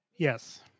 Yes